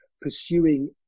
pursuing